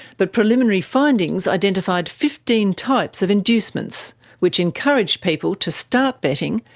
but preliminary findings identified fifteen types of inducements which encouraged people to start betting,